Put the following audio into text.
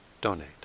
donate